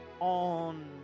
On